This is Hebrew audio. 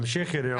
תמשיכי רעות.